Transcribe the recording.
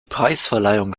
preisverleihung